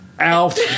Out